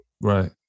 Right